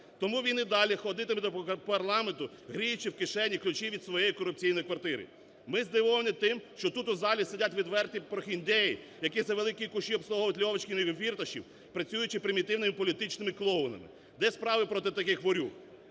тому він і далі ходитиме до парламенту гріючи в кишені ключі від своєї корупційної квартири. Ми здивовані тим, що тут у залі сидять відверті прохіндеї, які за великі куші обслуговують льовочкіних і фірташів, працюючи примітивними політичними клоунами. Де справи проти таких ворюг?